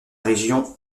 région